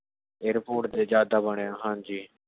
airport ਤਾਂ ਜਦੋਂ ਦਾ ਬਣਿਆ ਹਾਂਜੀ